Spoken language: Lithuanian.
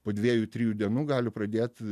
po dviejų trijų dienų gali pradėt